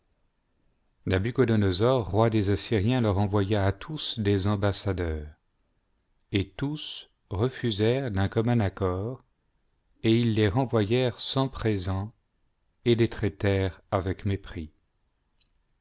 roi des assyriens leur envoya à tous des ambassadeurs et tous refusèrent d'un commua accord et ils les renvoyèrent sans présents et les traitèrent avec mépris